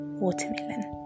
watermelon